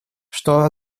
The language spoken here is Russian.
что